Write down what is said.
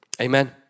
Amen